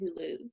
Hulu